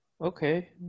Okay